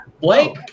Blake